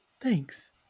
thanks